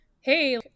hey